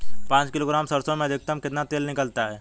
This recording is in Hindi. पाँच किलोग्राम सरसों में अधिकतम कितना तेल निकलता है?